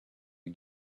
you